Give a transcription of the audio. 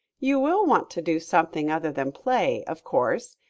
you will want to do something other than play, of course.